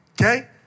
Okay